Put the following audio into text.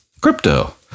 crypto